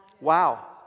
Wow